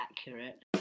accurate